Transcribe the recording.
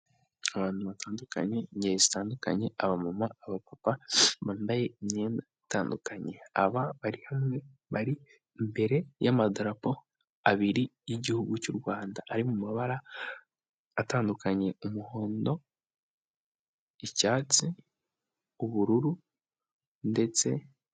Abantu batandukanye, ingeri zitandukanye, abamama, abapapa, bambaye imyenda itandukanye, aba bari hamwe, bari imbere y'amadarapo abiri y'igihugu cy'u Rwanda ari mu mabara atandukanye, umuhondo, icyatsi, ubururu ndetse.